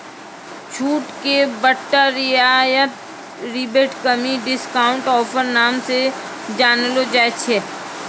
छूट के बट्टा रियायत रिबेट कमी डिस्काउंट ऑफर नाम से जानलो जाय छै